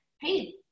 hey